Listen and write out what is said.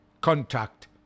contact